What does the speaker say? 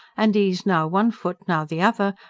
and eased now one foot, now the other,